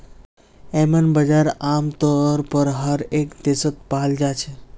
येम्मन बजार आमतौर पर हर एक देशत पाल जा छे